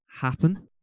happen